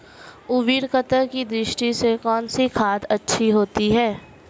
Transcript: उर्वरकता की दृष्टि से कौनसी खाद अच्छी होती है?